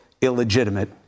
illegitimate